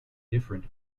different